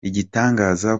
igitangaje